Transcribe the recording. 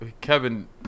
Kevin